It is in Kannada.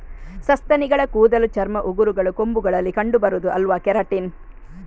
ಸಸ್ತನಿಗಳ ಕೂದಲು, ಚರ್ಮ, ಉಗುರುಗಳು, ಕೊಂಬುಗಳಲ್ಲಿ ಕಂಡು ಬರುದು ಆಲ್ಫಾ ಕೆರಾಟಿನ್